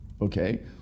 Okay